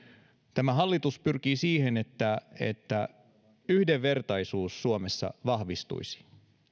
tämä hallitus pyrkii siihen että että yhdenvertaisuus suomessa vahvistuisi